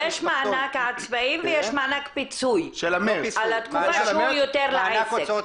יש מענק העצמאים ויש מענק פיצוי על התקופה שהוא יותר לעסק.